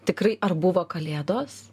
tikrai ar buvo kalėdos